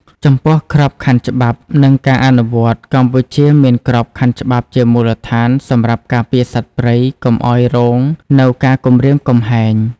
ចំពោះក្របខ័ណ្ឌច្បាប់ និងការអនុវត្តកម្ពុជាមានក្របខ័ណ្ឌច្បាប់ជាមូលដ្ឋានសម្រាប់ការពារសត្វព្រៃកុំឲ្យរងនៅការគំរាមគំហែង។